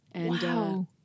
Wow